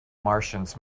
martians